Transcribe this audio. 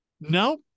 No